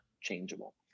changeable